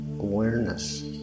awareness